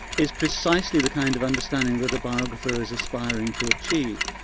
is precisely the kind of understanding that a biographer is aspiring to achieve.